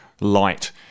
light